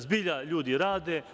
Zbilja ljudi rade.